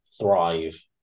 thrive